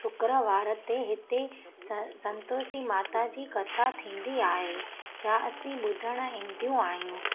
शुक्रवार ते हिते सं संतोषी माता जी कथा थींदी आहे जा असीं ॿुधण ईंदियूं आहियूं